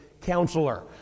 counselor